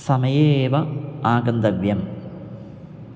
समये एव आगन्तव्यम्